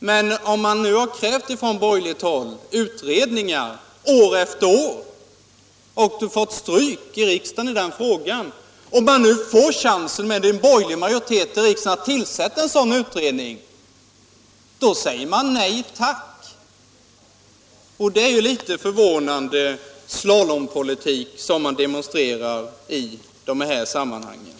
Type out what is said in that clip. Men när man nu från borgerligt håll år efter år har krävt utredningar och fått stryk i den frågan av riksdagen, och när man nu när det är borgerlig majoritet i riksdagen har chansen att tillsätta en sådan utredning, då säger man nej tack! Det är en förvånande slalompolitik som man därmed demonstrerar.